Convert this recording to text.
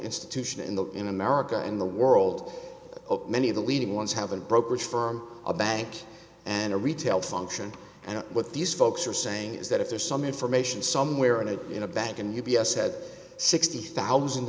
institution in the in america in the world up many of the leading ones have a brokerage firm a bank and a retail function and what these folks are saying is that if there's some information somewhere in it in a bank and u b s had sixty thousand